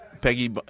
Peggy